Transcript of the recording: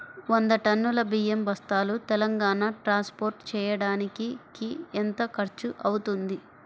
వంద టన్నులు బియ్యం బస్తాలు తెలంగాణ ట్రాస్పోర్ట్ చేయటానికి కి ఎంత ఖర్చు అవుతుంది?